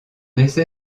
essai